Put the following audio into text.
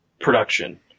production